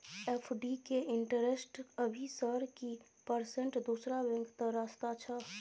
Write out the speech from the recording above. FD के interest अभी sir की परसेंट दूसरा बैंक त सस्ता छः?